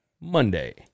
Monday